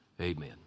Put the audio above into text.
Amen